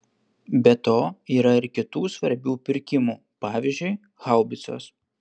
be to yra ir kitų svarbių pirkimų pavyzdžiui haubicos